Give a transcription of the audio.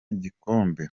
igikombe